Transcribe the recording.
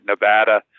Nevada